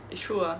it's true ah